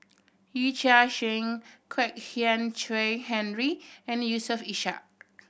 Yee Chia Hsing Kwek Hian Chuan Henry and Yusof Ishak